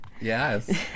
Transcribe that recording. Yes